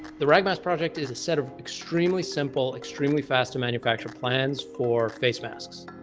the ragmask project is a set of extremely simple, extremely fast-to-manufacture plans for face masks.